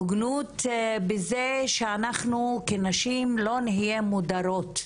הוגנות בזה שאנחנו כנשים לא נהיה מודרות.